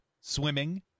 Swimming